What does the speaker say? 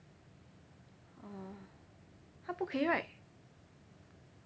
orh 他不可以 right